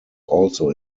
also